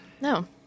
No